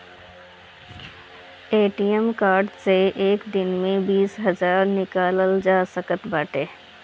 ATM card से एक दिन में बीस हजार निकालल जा सकत बाटे